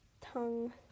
tongue